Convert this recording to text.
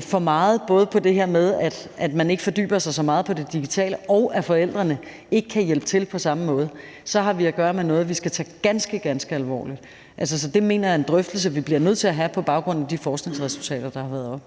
forhold til både det her med, at man ikke fordyber sig så meget på det digitale, og at forældrene ikke kan hjælpe til på samme måde, så har vi at gøre med noget, vi skal tage ganske, ganske alvorligt. Så det mener jeg er en drøftelse, vi bliver nødt til at have på baggrund af de forskningsresultater, der har været oppe.